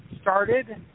started